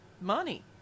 money